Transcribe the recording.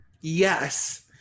Yes